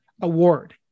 award